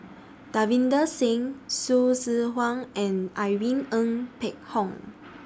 Davinder Singh Hsu Tse Kwang and Irene Ng Phek Hoong